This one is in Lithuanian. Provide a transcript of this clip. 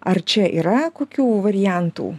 ar čia yra kokių variantų